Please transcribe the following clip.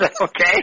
Okay